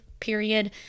period